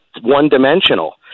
one-dimensional